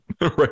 right